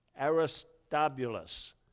Aristobulus